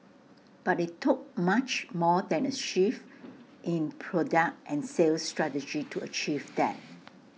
but IT took much more than A shift in product and sales strategy to achieve that